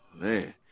Man